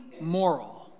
moral